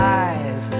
eyes